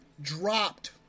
dropped